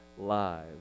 lives